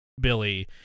Billy